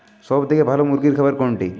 সবথেকে ভালো মুরগির খাবার কোনটি?